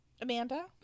amanda